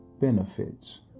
benefits